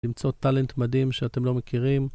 למצוא טאלנט מדהים שאתם לא מכירים